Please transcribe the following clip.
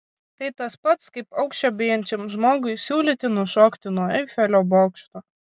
tai tas pats kaip aukščio bijančiam žmogui siūlyti nušokti nuo eifelio bokšto